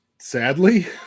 sadly